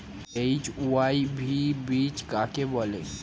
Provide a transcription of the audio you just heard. HYV বীজ কাকে বলে?